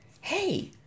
hey